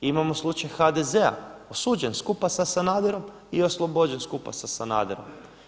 Imamo slučaj HDZ-a osuđen skupa sa Sanaderom i oslobođen skupa sa Sanaderom.